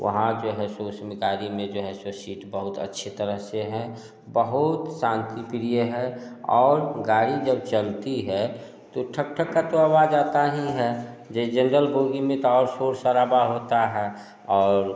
वहाँ जो है में जो है से सीट बहुत अच्छी तरह से है बहुत शांति प्रिय है और गाड़ी जब चलती है तो ठक ठक का तो आवाज आता ही है जे जनरल बोगी में तो और शोर शराबा होता है और